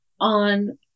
on